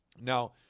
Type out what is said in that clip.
Now